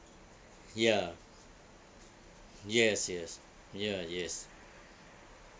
ya yes yes ya yes